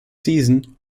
season